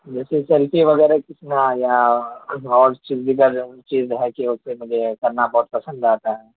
ویسے سیلفی کھینچنا یا کرنا بہت پسند آتا ہے